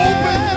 Open